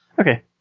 Okay